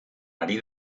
ari